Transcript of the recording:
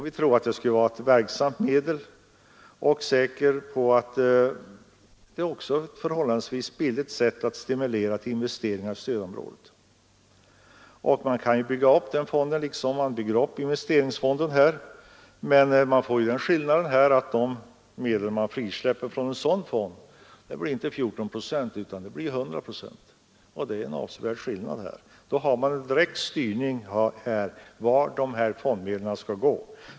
Vi tror att det skulle vara ett verksamt medel, och vi är säkra på att det också är ett förhållandevis billigt sätt att stimulera till investeringar i stödområdet. Man kan bygga upp den fonden på samma sätt som man bygger upp investeringsfonder, men man får den skillnaden att de medel som frisläppes från en lokaliseringsfond inte blir 14 procent utan 100 procent. Det är en avsevärd skillnad. Dessutom har man en direkt styrning av vart dessa fondmedel skall gå.